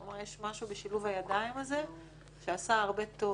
יש משהו בשילוב הידיים הזה שעשה הרבה טוב.